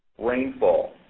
rainfall,